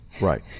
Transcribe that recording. Right